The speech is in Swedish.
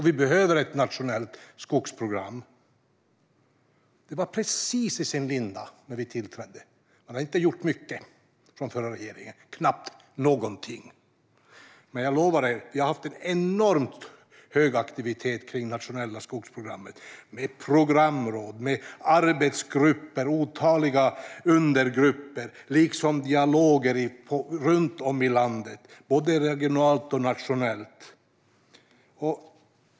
Vi behöver ett nationellt skogsprogram. Det var precis i sin linda när vi tillträdde. Den förra regeringen hade inte gjort mycket, knappt någonting. Men jag lovar er att vi har haft enormt hög aktivitet kring det nationella skogsprogrammet. Det har varit programråd, arbetsgrupper och otaliga undergrupper liksom dialoger runt om i landet, både regionalt och nationellt.